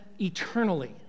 eternally